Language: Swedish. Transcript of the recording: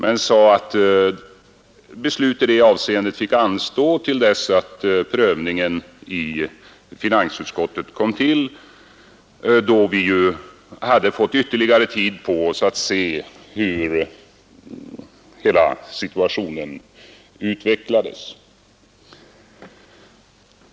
Vi sade dock att beslut i det avseendet fick anstå till dess att prövningen i finansutskottet kom till, varigenom vi skulle få ytterligare tid på oss för att bedöma hur hela situationen utvecklades.